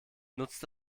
nutzt